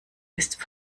ist